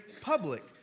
public